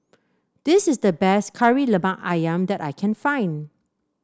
this is the best Kari Lemak ayam that I can find